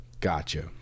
Gotcha